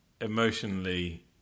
emotionally